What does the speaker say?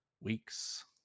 weeks